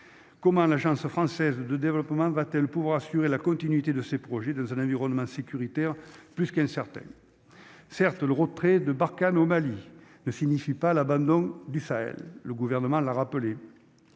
comment l'Agence Française de Développement va-t-elle pouvoir assurer la continuité de ses projets dans un environnement sécuritaire plus qu'incertaine, certes, le retrait de Barkhane au Mali ne signifie pas l'abandon du Sahel, le gouvernement l'a rappelé,